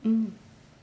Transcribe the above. mm